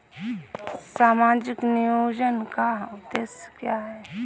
सामाजिक नियोजन का उद्देश्य क्या है?